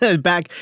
Back